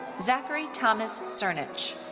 zachery thomas cernich.